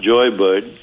Joybird